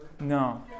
no